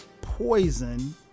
Poison